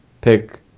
pick